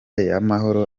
y’amahoro